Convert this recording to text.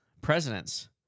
Presidents